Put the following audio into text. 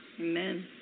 Amen